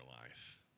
life